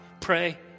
pray